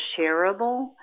shareable